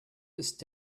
ist